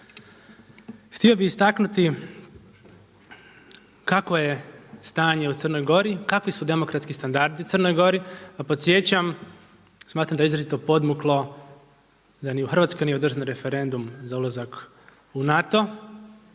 Htio bih istaknuti kako je stanje u Crnoj Gori, kakvi su demokratski standardi u Crnoj Gori, a podsjećam smatram da je izrazito podmuklo da ni u Hrvatskoj nije održan referendum za ulazak u NATO,